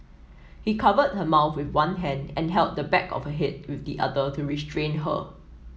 he covered her mouth with one hand and held the back of head with the other to restrain her